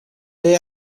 day